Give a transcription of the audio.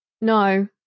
No